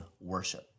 worship